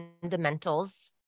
fundamentals